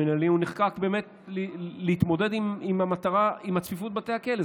המינהלי נחקק כדי להתמודד עם הצפיפות בבתי הכלא,